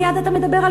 מייד אתה מדבר על